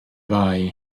fai